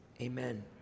amen